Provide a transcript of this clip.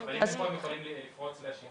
אבל אם הם פה הם יכולים לפרוץ לשידור.